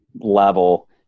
level